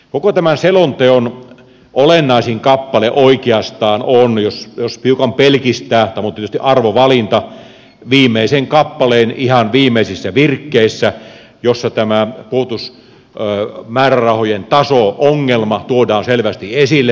koko tämän selonteon olennaisin kappale oikeastaan on jos hiukan pelkistää tämä on tietysti arvovalinta viimeisen kappaleen ihan viimeisissä virkkeissä missä tämä puolustusmäärärahojen taso ongelma tuodaan selvästi esille